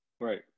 Right